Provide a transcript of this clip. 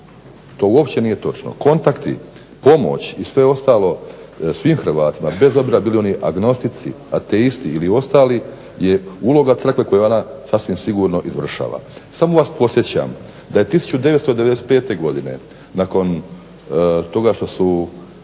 To uopće nije točno. Kontakti, pomoć i sve ostalo svim Hrvatima bez obzira bili oni agnostici, ateisti ili ostali je uloga Crkve koju ona sasvim sigurno izvršava. Samo vas podsjećam da je 1995. godine nakon toga što su